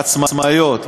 העצמאיות.